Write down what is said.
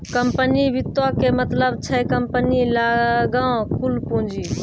company वित्तो के मतलब छै कम्पनी लगां कुल पूंजी